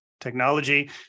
technology